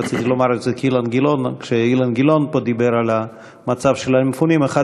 רציתי לומר את זה כשאילן גילאון פה דיבר על המצב של המפונים: אחד